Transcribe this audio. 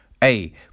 hey